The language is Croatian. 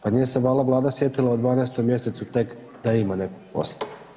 Pa nije se valjda Vlada sjetila u 12 mjesecu tek da ima nekog posla.